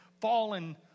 fallen